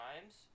times